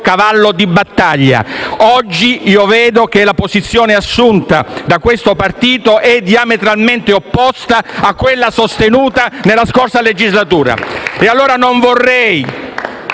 cavallo di battaglia. Oggi, vedo che la posizione assunta da questo partito è diametralmente opposta a quella sostenuta nella scorsa legislatura. *(Applausi